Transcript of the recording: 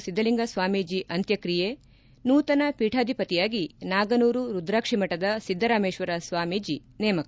ಸಿದ್ದಲಿಂಗಸ್ವಾಮೀಜಿ ಅಂತ್ಯಕ್ರಿಯೆ ನೂತನ ಪೀಠಾಧಿಪತಿಯಾಗಿ ನಾಗನೂರು ರುದ್ರಾಕ್ಷೀ ಮಠದ ಸಿದ್ದರಾಮೇಶ್ವರ ಸ್ವಾಮಿಜಿ ನೇಮಕ